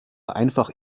einfach